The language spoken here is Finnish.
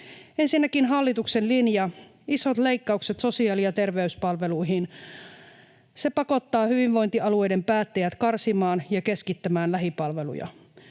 Ensinnäkin hallituksen linja, isot leikkaukset sosiaali- ja terveyspalveluihin, pakottaa hyvinvointialueiden päättäjät karsimaan ja keskittämään lähipalveluja.